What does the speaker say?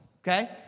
okay